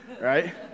right